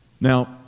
Now